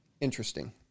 Interesting